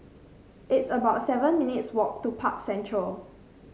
it's about seven minutes' walk to Park Central